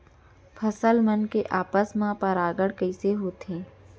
फसल मन के आपस मा परागण कइसे होथे?